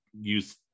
use